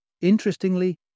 Interestingly